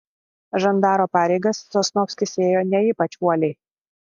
žandaro pareigas sosnovskis ėjo ne ypač uoliai